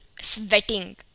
sweating